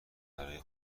برای